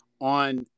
on